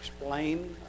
explain